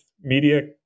media